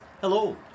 Hello